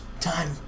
time